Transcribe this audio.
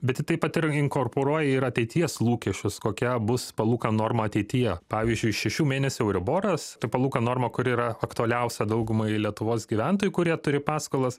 bet ji taip pat ir inkorporuoja ir ateities lūkesčius kokia bus palūkanų norma ateityje pavyzdžiui šešių mėnesių euriboras palūkanų norma kuri yra aktualiausia daugumai lietuvos gyventojų kurie turi paskolas